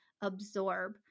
absorb